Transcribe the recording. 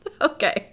Okay